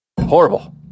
horrible